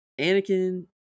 Anakin